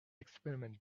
experiment